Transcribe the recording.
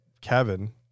Kevin